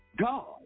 God